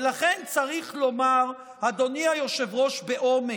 ולכן צריך לומר, אדוני היושב-ראש, באומץ,